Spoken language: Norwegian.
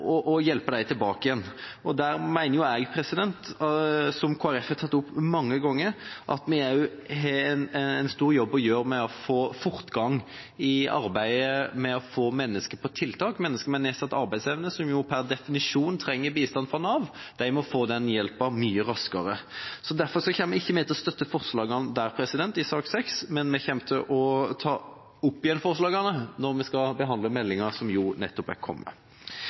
og hjelpe dem tilbake igjen. Der mener jeg, som Kristelig Folkeparti har tatt opp mange ganger, at vi også har en stor jobb å gjøre med å få fortgang i arbeidet med å få mennesker på tiltak, og mennesker med nedsatt arbeidsevne, som per definisjon trenger bistand fra Nav, må få den hjelpen mye raskere. Vi kommer ikke til å støtte forslagene i sak nr. 6, men vi kommer til å ta opp igjen forslagene når vi skal behandle meldinga som nettopp er kommet.